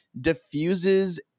diffuses